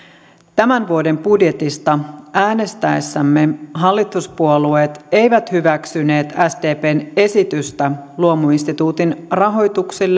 tämän vuoden budjetista äänestäessämme hallituspuolueet eivät hyväksyneet sdpn esitystä luomuinstituutin rahoituksesta